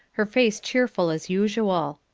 her face cheerful as usual.